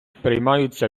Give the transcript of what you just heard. приймаються